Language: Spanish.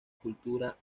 cultura